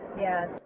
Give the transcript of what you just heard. Yes